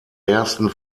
ersten